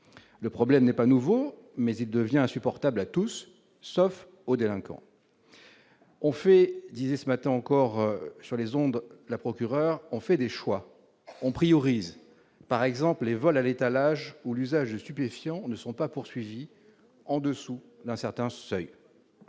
le problème n'est pas nouveau mais il devient insupportable à tous sauf aux délinquants, on fait, disait ce matin encore, sur les ondes, la procureure, on fait des choix on priorisent par exemple les vols à l'étalage ou l'usage de stupéfiants ne sont pas poursuivis en dessous d'un certain seuil,